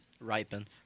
Ripen